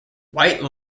white